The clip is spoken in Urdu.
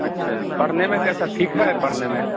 اچھا پڑھنے میں کیسا ٹھیک ہے پڑھنے میں